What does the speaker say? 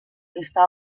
está